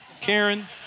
Karen